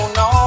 no